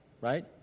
right